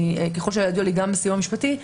לפי הידוע לי גם מסיוע משפטי,